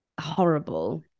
horrible